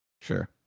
Sure